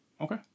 Okay